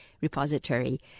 repository